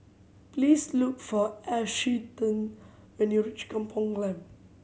please look for Ashtyn when you reach Kampong Glam